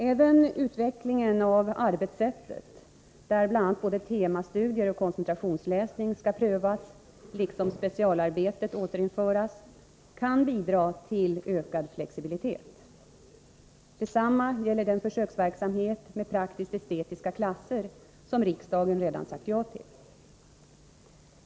Även utvecklingen av arbetssättet, där bl.a. både temastudier och koncentrationsläsning skall prövas liksom specialarbetet återinföras, kan bidra till ökad flexibilitet. Detsamma gäller den försöksverksamhet med praktisk-estetiska linjer som riksdagen redan sagt ja till.